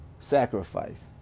sacrifice